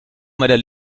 meiner